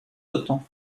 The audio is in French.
autant